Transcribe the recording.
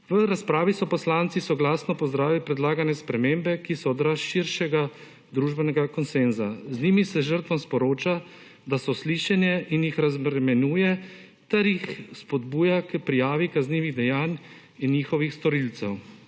V razpravi so poslanci soglasno pozdravili predlagane spremembe, ki so odraz širšega družbenega konsenza. Z njimi se žrtvam sporoča, da so slišane in jih razbremenjuje ter jih spodbuja k prijavi kaznivih dejanj in njihovih storilcev.